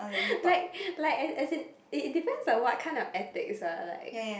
like like as in it depend on what kind of ethics lah like